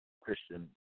Christian